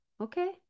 okay